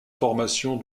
formations